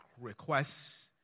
requests